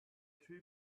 two